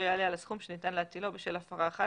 יעלה על הסכום שניתן להטילו בשל הפרה אחת,